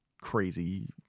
crazy